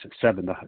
seven